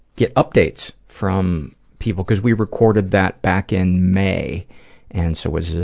get updates from people cause we recorded that back in may and so, what's this,